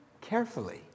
carefully